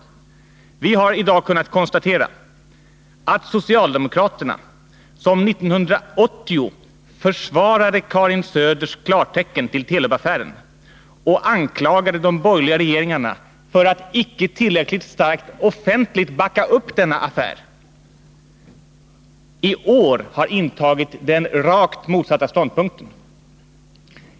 Onsdagen den Vi har i dag kunnat konstatera att socialdemokraterna, som 1980 420 maj 1981 försvarade Karin Söders klartecken till Telub-affären och som anklagade de borgerliga regeringarna för att icke tillräckligt starkt offentligt backa upp denna affär, i år har intagit den rakt motsatta ståndpunkten.